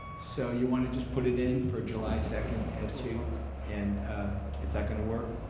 so you want to just put it in for july second at two, and is that going to work?